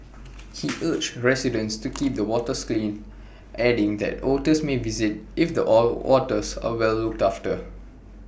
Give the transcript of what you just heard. he urged residents to keep the waters clean adding that otters may visit if the all waters are well looked after